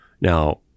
Now